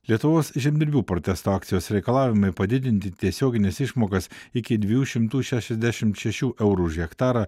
lietuvos žemdirbių protesto akcijos reikalavimai padidinti tiesiogines išmokas iki dviejų šimtų šešiasdešimt šešių eurų už hektarą